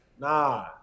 Nah